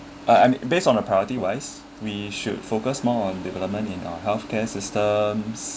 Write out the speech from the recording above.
a~ I mea~ based on a priority wise we should focus more on development in our healthcare systems